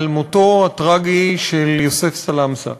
על מותו הטרגי של יוסף סלמסה,